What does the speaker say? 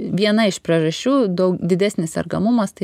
viena iš priežasčių didesnis sergamumas tai